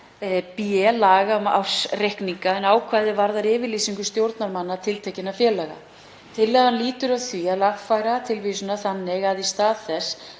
b laga um ársreikninga en ákvæðið varðar yfirlýsingu stjórnarmanna tiltekinna félaga. Tillagan lýtur að því að lagfæra tilvísunina þannig að í stað þess